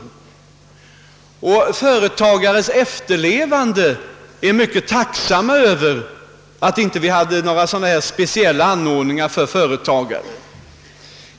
Dessa företagares efterlevande är också mycket tacksamma för att vi inte hade några sådana här speciella anordningar för företagare.